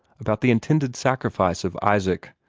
about the intended sacrifice of isaac,